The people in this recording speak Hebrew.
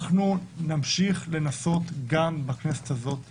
אנחנו נמשיך לנסות בכנסת הזאת לעגן,